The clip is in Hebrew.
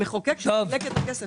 המחוקק שחילק את הכסף